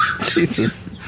Jesus